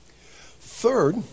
Third